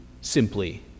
simply